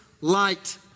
light